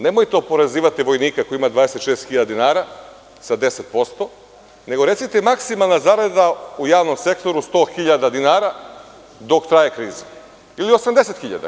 Nemojte oporezivati vojnika koji ima 26.000 dinara sa 10%, nego recite maksimalna zarada u javnom sektoru 100.000 dinara, dok traje kriza, ili 80.000.